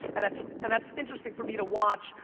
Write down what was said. and that's and that's interesting for me to watch,